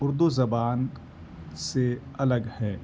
اردو زبان سے الگ ہے